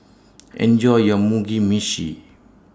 Enjoy your Mugi Meshi